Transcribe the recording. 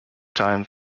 time